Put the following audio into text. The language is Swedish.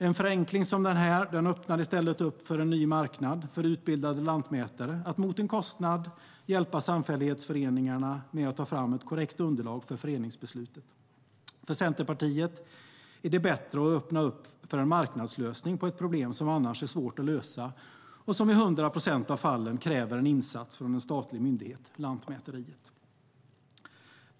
En förenkling som denna öppnar i stället för en ny marknad för utbildade lantmätare att mot en kostnad hjälpa samfällighetsföreningar att ta fram ett korrekt underlag för föreningsbeslut. Centerpartiet anser är det bättre att öppna för en marknadslösning på ett problem som annars är svårt att lösa och som i 100 procent av fallen kräver en insats från en statlig myndighet, nämligen Lantmäteriet.